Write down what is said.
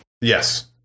Yes